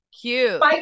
cute